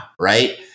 right